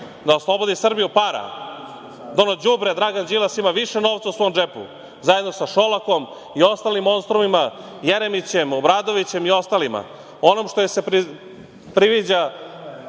Da oslobodi Srbiju para? Da ono đubre Dragan Đilas ima više novca u svom džepu, zajedno sa Šolakom i ostalim monstrumima, Jeremićem, Obradovićem i ostalima. Onom što se priviđa